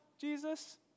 Jesus